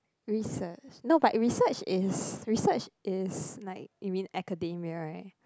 research no but research is research is like you mean academia [right]